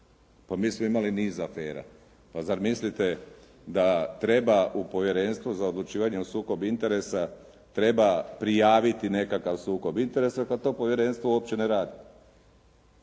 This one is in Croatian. Pa mi smo imali niz afera. Pa zar mislite da treba u Povjerenstvo za odlučivanje o sukobu interesa treba prijaviti nekakav sukob interesa kad to povjerenstvo uopće ne radi.